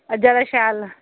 जादै शैल न